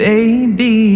Baby